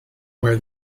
where